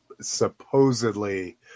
supposedly